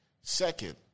Second